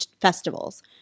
festivals